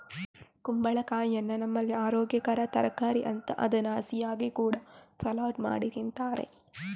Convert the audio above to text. ಕುಂಬಳಕಾಯಿಯನ್ನ ನಮ್ಮಲ್ಲಿ ಅರೋಗ್ಯಕರ ತರಕಾರಿ ಅಂತ ಅದನ್ನ ಹಸಿಯಾಗಿ ಕೂಡಾ ಸಲಾಡ್ ಮಾಡಿ ತಿಂತಾರೆ